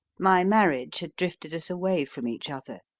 my marriage had drifted us away from each other.